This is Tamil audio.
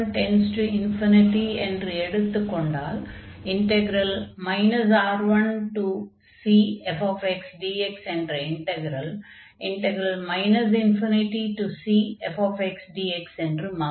R1→∞ என்று எடுத்துக் கொண்டால் R1cfxdx என்ற இன்டக்ரல் ∞cfxdx என்று மாறும்